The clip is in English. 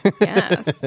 Yes